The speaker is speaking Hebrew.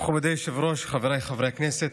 מכובדי היושב-ראש, חבריי חברי הכנסת,